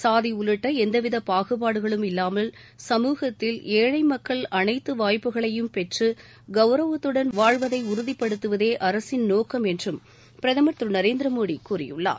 சாதி உள்ளிட்ட எந்தவித பாகுபாடுகளும் இல்லாமல் சமூகத்தில் ஏழை மக்கள் அனைத்து வாய்ப்புகளையும் பெற்று கவுரவத்துடன் வாழ்வதை உறுதிப்படுத்துவதே அரசின் நோக்கம் என்றும் பிரதமர் திரு நரேந்திர மோடி கூறியுள்ளார்